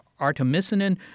artemisinin